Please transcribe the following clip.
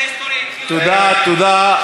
תודה, תודה.